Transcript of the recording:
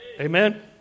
Amen